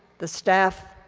the staff,